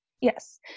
Yes